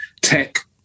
tech